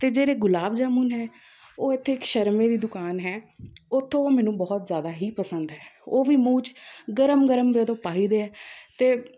ਅਤੇ ਜਿਹੜੇ ਗੁਲਾਬ ਜਾਮੁਨ ਹੈ ਉਹ ਇੱਥੇ ਇੱਕ ਸ਼ਰਮੇ ਦੀ ਦੁਕਾਨ ਹੈ ਉਹ ਉੱਥੋਂ ਮੈਨੂੰ ਬਹੁਤ ਜ਼ਿਆਦਾ ਹੀ ਪਸੰਦ ਹੈ ਉਹ ਵੀ ਮੂੰਹ 'ਚ ਗਰਮ ਗਰਮ ਜਦੋਂ ਪਾਈ ਦੇ ਹੈ ਅਤੇ